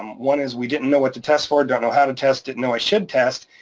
um one is, we didn't know what to test for, don't know how to test it, know i should test.